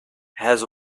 has